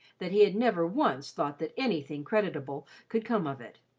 that he had never once thought that anything creditable could come of it.